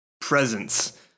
presence